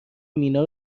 مینا